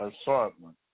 assortment